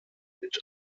mit